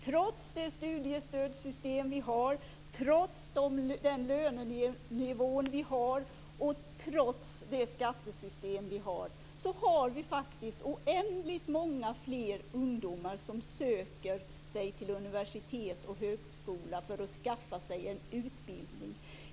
Trots det studiestödssystem vi har, trots den lönenivå vi har och trots det skattesystem vi har är det oändligt många fler ungdomar som söker sig till universitet och högskola för att skaffa sig en utbildning.